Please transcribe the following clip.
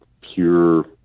pure